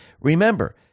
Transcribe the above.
Remember